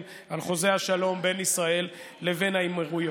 על חוזה השלום בין ישראל לבין האמירויות.